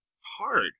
hard